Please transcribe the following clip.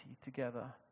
together